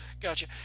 gotcha